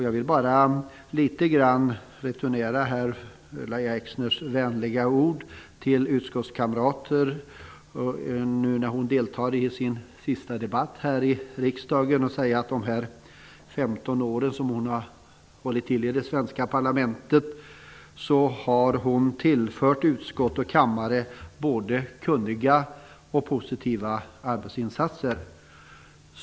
Jag vill returnera Lahja Exners vänliga ord til utskottskamraterna, nu när hon deltar i sin sista debatt här i riksdagen, och säga att hon under de 15 år som hon har hållit till i det svenska parlamentet har tillfört utskott och kammare både kunniga och positiva arbetsinsatser.